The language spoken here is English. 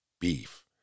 beef